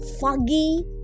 foggy